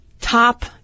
top